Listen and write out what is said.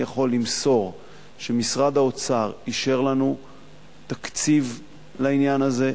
אני יכול למסור שמשרד האוצר אישר לנו תקציב לעניין הזה.